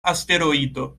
asteroido